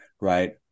right